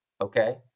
okay